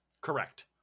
Correct